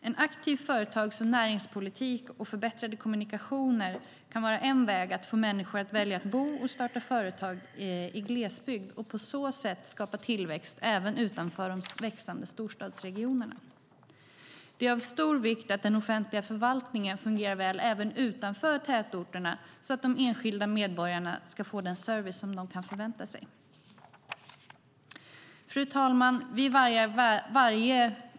En aktiv företags och näringspolitik och förbättrade kommunikationer kan vara en väg att få människor att välja att bo och starta företag i glesbygd och på så sätt skapa tillväxt även utanför de växande storstadsregionerna. Det är av stor vikt att den offentliga förvaltningen fungerar väl även utanför tätorterna så att de enskilda medborgarna ska få den service de kan förvänta sig. Fru talman!